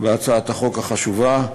בהצעת החוק החשובה,